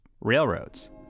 railroads